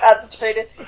concentrated